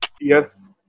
Yes